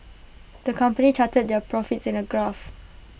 the company charted their profits in A graph